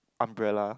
umbrella